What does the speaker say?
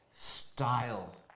style